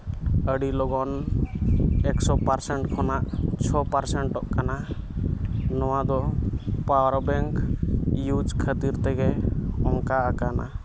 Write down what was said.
ᱟᱹᱰᱤ ᱞᱚᱜᱚᱱ ᱮᱠᱥᱚ ᱯᱟᱨᱥᱮᱱᱴ ᱠᱷᱚᱱᱟᱜ ᱪᱷᱚ ᱯᱟᱨᱥᱮᱱᱴᱚᱜ ᱠᱟᱱᱟ ᱱᱚᱣᱟ ᱫᱚ ᱯᱟᱣᱟᱨ ᱵᱮᱝᱠ ᱤᱭᱩᱡᱽ ᱠᱷᱟᱹᱛᱤᱨ ᱛᱮᱜᱮ ᱚᱱᱠᱟ ᱠᱟᱱᱟ